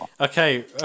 Okay